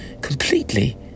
completely